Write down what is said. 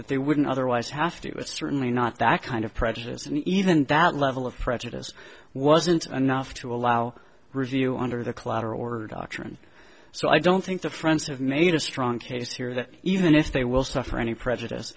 that they wouldn't otherwise have to do with certainly not that kind of prejudice and even that level of prejudice wasn't enough to allow review under the collateral or doctrine so i don't think the french have made a strong case here that even if they will suffer any prejudice